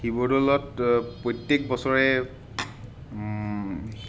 শিৱদৌলত প্ৰত্যেক বছৰে